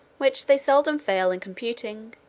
which they seldom fail in computing,